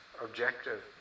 objective